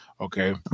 okay